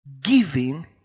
Giving